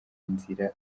nzira